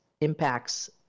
impacts